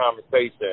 conversation